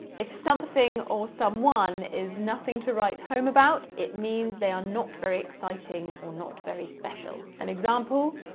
if something or someone is nothing to write home about, it means they are not very exciting or not very special. an example,